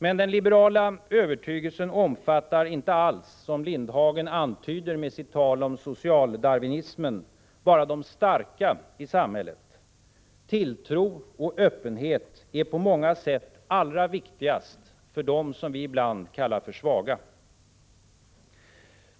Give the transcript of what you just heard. Men den liberala övertygelsen omfattar inte alls, som Lindhagen antyder med sitt tal om ”social-darwinismen”, bara de starka i samhället. Tilltro och öppenhet är på många sätt allra viktigast för dem som vi ibland kallar svaga.